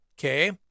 Okay